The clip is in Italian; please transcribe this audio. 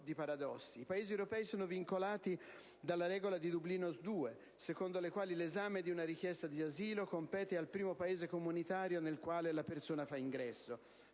i Paesi europei sono vincolati dalle regole di Dublino II, secondo le quali l'esame di una richiesta di asilo compete al primo Paese comunitario nel quale la persona fa ingresso.